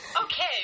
Okay